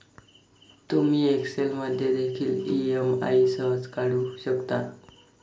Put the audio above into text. तुम्ही एक्सेल मध्ये देखील ई.एम.आई सहज काढू शकता